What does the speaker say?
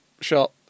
shot